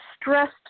stressed